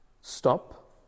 stop